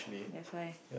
that's why